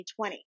2020